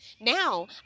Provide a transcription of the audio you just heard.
Now